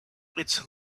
its